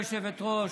גברתי היושבת-ראש,